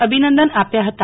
અભિનંદન આપ્યા હતા